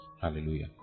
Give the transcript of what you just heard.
Hallelujah